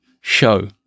show